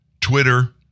Twitter